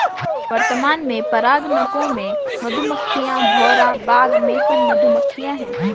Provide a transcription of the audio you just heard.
वर्तमान में परागणकों में मधुमक्खियां, भौरा, बाग मेसन मधुमक्खियाँ है